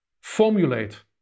formulate